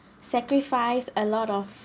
sacrifice a lot of